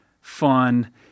fun